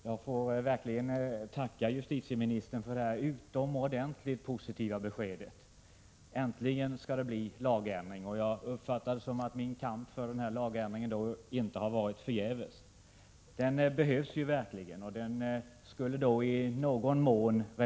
Nyligen inträffade en olycka på en sovjetisk kärnvapenbestyckad ubåt som ledde till att ubåten sjönk. Jag vill med anledning av det inträffade ställa följande frågor: 1. Vilka risker föreligger med en sjunken atomubåt vid en liknande olycka i Östersjön? 2.